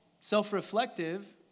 self-reflective